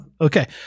Okay